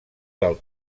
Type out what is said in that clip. del